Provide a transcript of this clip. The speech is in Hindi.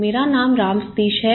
मेरा नाम राम सतीश है